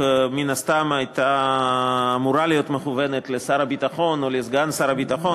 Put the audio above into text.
מן הסתם הייתה אמורה להיות מכוונת לשר הביטחון או לסגן שר הביטחון.